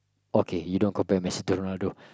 okay you don't compare Messi to Ronaldo